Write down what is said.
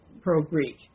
pro-Greek